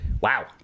Wow